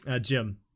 Jim